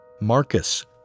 Marcus